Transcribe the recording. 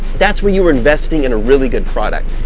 that's where you were investing in a really good product.